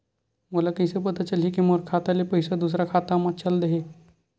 मोला कइसे पता चलही कि मोर खाता ले पईसा दूसरा खाता मा चल देहे?